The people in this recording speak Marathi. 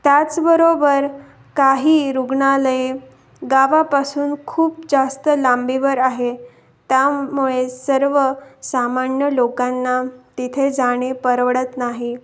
त्याचबरोबर काही रुग्णालये गावापासून खूप जास्त लांबीवर आहे त्यामुळे सर्व सामान्य लोकांना तिथे जाणे परवडत नाही